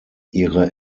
ihre